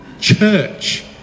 church